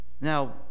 Now